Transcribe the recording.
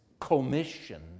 commission